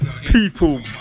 people